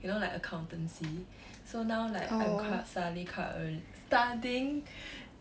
you know like accountancy so now like im quite suddenly quite err studying